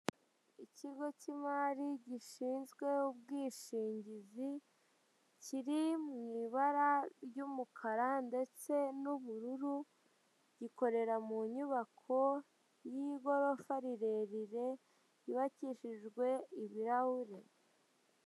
Ikigo cy'imari gishinzwe ubwishingizi kiri mu ibara ry'umukara ndetse n'ubururu gikorera mu nyubako y'igorofa rirere yubakishijwe ibarahure.